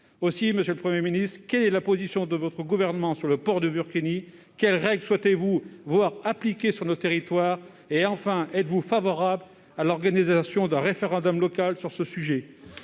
Aussi, monsieur le Premier ministre, quelle est la position de votre gouvernement sur le port du burkini ? Quelle règle souhaitez-vous voir appliquer dans nos territoires ? Enfin, êtes-vous favorable à l'organisation d'un référendum local sur ce sujet ?